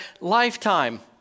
lifetime